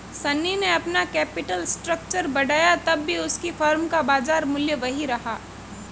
शनी ने अपना capital structure बढ़ाया तब भी उसकी फर्म का बाजार मूल्य वही रहा